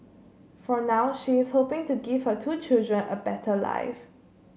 for now she is hoping to give her two children a better life